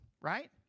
right